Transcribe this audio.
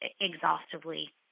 exhaustively